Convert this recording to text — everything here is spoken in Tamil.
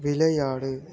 விளையாடு